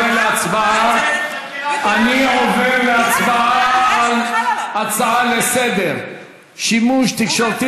אני עובר להצבעה על ההצעה לסדר-היום: שימוש תקשורתי